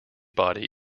body